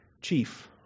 chief